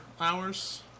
hours